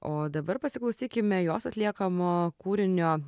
o dabar pasiklausykime jos atliekamo kūrinio